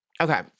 Okay